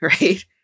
right